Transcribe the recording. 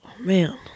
Man